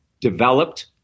developed